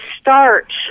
start